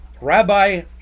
rabbi